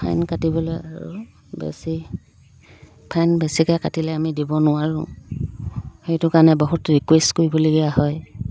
fine কাটিবলৈ আৰু বেছি ফাইন বেছিকৈ কাটিলে আমি দিব নোৱাৰোঁ সেইটো কাৰণে বহুত ৰিকুৱেষ্ট কৰিবলগীয়া হয়